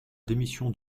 démission